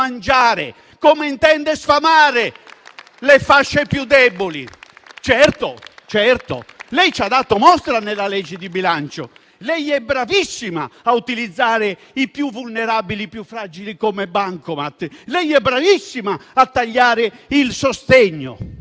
come intende sfamare le fasce più deboli. Certo, come ce ne ha dato mostra nella legge di bilancio, lei è bravissima a utilizzare i più vulnerabili e i più fragili come bancomat; lei è bravissima a tagliare il sostegno